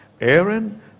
Aaron